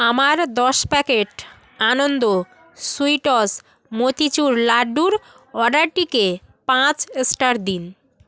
আমার দশ packet Anand Sweets motichoor লাড্ডুর অর্ডারটিকে পাঁচ স্টার দিন